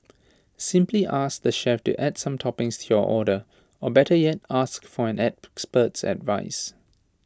simply ask the chef to add some toppings to your order or better yet ask for an expert's advice